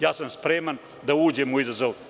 Ja sam spreman da uđem u izazov.